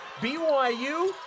byu